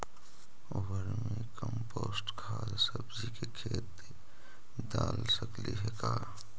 Vermi compost खाद सब्जी के खेत दाल सकली हे का?